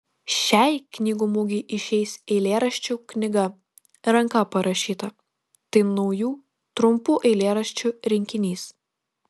šiai knygų mugei išeis eilėraščių knyga ranka parašyta tai naujų trumpų eilėraščių rinkinys